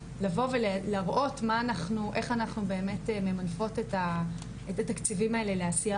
לבוא ולהראות איך אנחנו באמת ממנפות את התקציבים האלה לעשייה